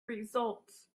results